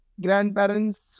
grandparents